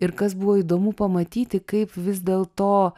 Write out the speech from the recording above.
ir kas buvo įdomu pamatyti kaip vis dėlto